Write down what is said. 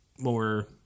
more